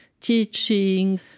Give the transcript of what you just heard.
teaching